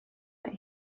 that